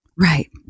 Right